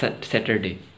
Saturday